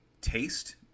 taste